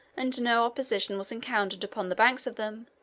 and no opposition was encountered upon the banks of them,